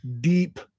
deep